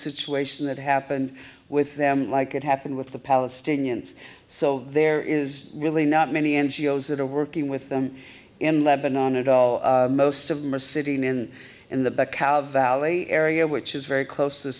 situation that happened with them like it happened with the palestinians so there is really not many n g o s that are working with them in lebanon at all most of them are sitting in the back out of valley area which is very close to the